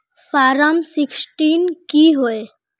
Form sixteen की होय?